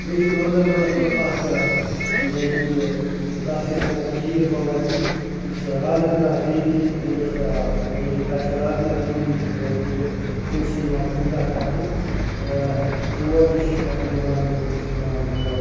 بیٚیہِ چھِ گانٛدربلس منٛز اَکھ یعنی کہِ تتھ چھِ أسۍ وَنان کھیٖربھوانی یُس راگہٕ ناتھ دیوی ہٕنٛدِس یعنی کہِ تَتہِ چھُ راگنا دیوی یعنی کہِ تٔمۍسٕے یِوان پوجا کَرنہٕ تہٕ تور تہِ چھِ ہے یِوان یِم چھِ یِوان تور